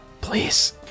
Please